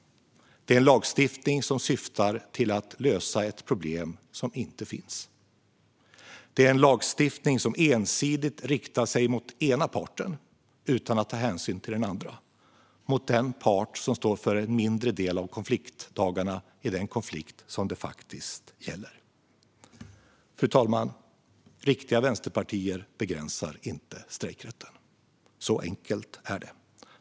Det är en lagstiftning som syftar till att lösa ett problem som inte finns. Det är en lagstiftning som ensidigt riktar sig mot den ena parten utan att ta hänsyn till den andra, mot den part som står för en mindre del av konfliktdagarna i den konflikt som det faktiskt gäller. Fru talman! Riktiga vänsterpartier begränsar inte strejkrätten. Så enkelt är det.